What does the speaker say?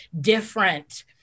different